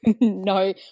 no